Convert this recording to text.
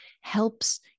helps